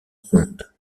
ronde